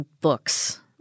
books